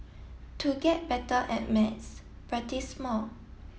to get better at maths practice more